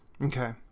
Okay